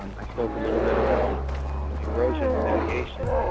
um i spoke a little bit about um erosion mitigation.